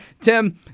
Tim